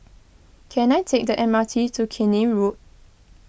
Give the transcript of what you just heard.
can I take the M R T to Keene Road